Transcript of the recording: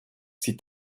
sie